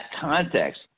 context